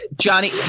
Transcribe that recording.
Johnny